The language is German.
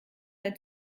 ein